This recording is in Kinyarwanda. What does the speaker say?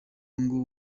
ngo